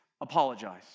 apologize